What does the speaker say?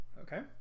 okay